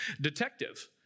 detective